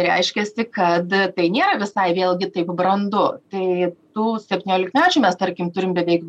reiškiasi kad tai nėra visai vėlgi taip brandu tai tų septyniolikmečių mes tarkim turim beveik